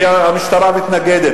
כי המשטרה מתנגדת,